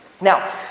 Now